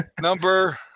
Number